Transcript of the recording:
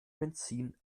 benzin